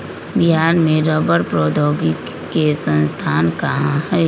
बिहार में रबड़ प्रौद्योगिकी के संस्थान कहाँ हई?